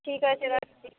ঠিক আছে রাখছি